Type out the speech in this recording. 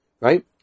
right